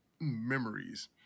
memories